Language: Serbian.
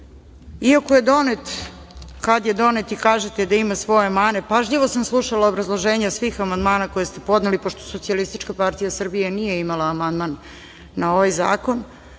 iako je donet kad je donet i kažete da ima svoje mane. Pažljivo sam slušala obrazloženja svih amandmana koje ste podneli, pošto SPS nije imala amandman na ovaj zakon,